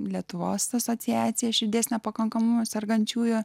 lietuvos asociacija širdies nepakankamumu sergančiųjų